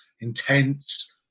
intense